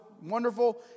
Wonderful